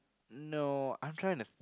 no I'm trying to